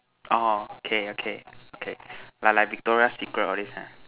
orh okay okay okay like like Victoria secret all these ah